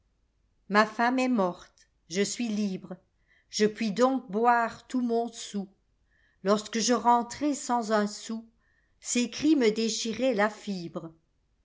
ma femme est morte je suis librelje puis donc boire tout mon soûl lorsque je rentrais sans un sou ses cris me déchiraient la fibre